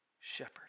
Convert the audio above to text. shepherd